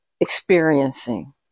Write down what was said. experiencing